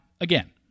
again